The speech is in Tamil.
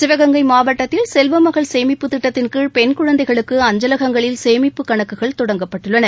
சிவகங்கை மாவட்டத்தில் செல்வ மகள் சேமிப்புத் திட்டத்தின்கீழ் பென் குழந்தைகளுக்கு அஞ்சலகங்களில் சேமிப்புக் கணக்குகள் தொடங்கப்பட்டுள்ளன